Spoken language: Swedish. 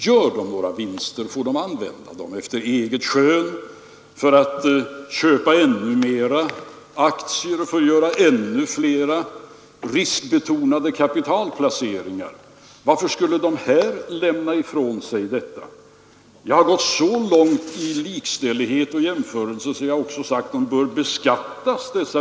Gör dessa några vinster, får de använda dem efter eget skön för att köpa ännu mera aktier och göra ännu flera riskbetonade kapitalplaceringar. Varför skulle den här fonden lämna ifrån sig den möjligheten? Jag har gått så långt i fråga om likställighet att jag också sagt att vinsterna bör beskattas.